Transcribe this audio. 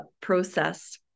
process